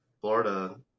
Florida